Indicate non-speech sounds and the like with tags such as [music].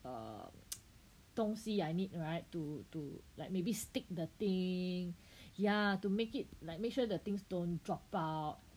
err [noise] 东西 I need right to to like maybe stick the thing ya to make it like make sure the things don't drop out